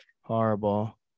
Horrible